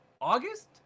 August